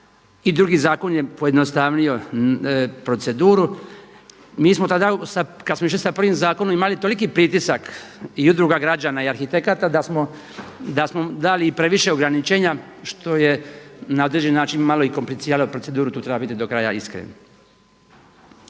I drugi zakon je pojednostavnio proceduru. Mi smo tada kada smo išli sa prvim zakonom imali toliki pritisak i udruga građana i arhitekata da smo dali i previše ograničenja što je na određeni način malo i kompliciralo proceduru. Tu treba biti do kraja iskren.